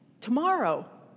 tomorrow